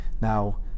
Now